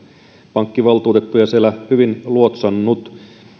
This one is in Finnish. pankkivaltuutettuja siellä hyvin luotsannut